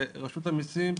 רשות המסים,